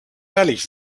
ehrlich